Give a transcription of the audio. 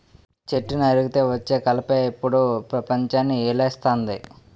చెట్టు నరికితే వచ్చే కలపే ఇప్పుడు పెపంచాన్ని ఏలేస్తంది